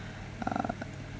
uh